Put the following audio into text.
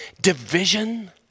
division